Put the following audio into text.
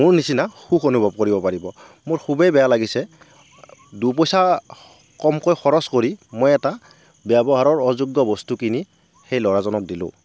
মোৰ নিছিনা সুখ অনুভৱ কৰিব পাৰিব মোৰ খুবেই বেয়া লাগিছে দুপইছা কমকৈ খৰছ কৰি মই এটা ব্য়ৱহাৰৰ অযোগ্য বস্তু কিনি সেই ল'ৰা জনক দিলোঁ